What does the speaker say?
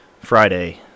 Friday